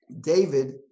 David